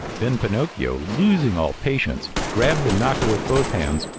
then pinocchio, losing all patience, grabbed the knocker with both hands,